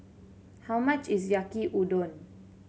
how much is Yaki Udon